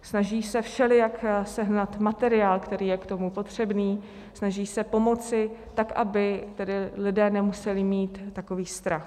Snaží se všelijak sehnat materiál, který je k tomu potřebný, snaží se pomoci tak, aby tedy lidé nemuseli mít takový strach.